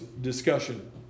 discussion